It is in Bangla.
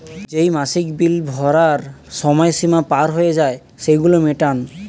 যেই মাসিক বিল ভরার সময় সীমা পার হয়ে যায়, সেগুলো মেটান